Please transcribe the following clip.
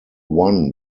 one